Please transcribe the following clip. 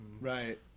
Right